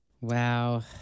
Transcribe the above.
Wow